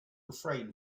refrain